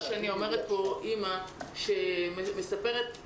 האימא מספרת פה